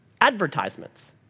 Advertisements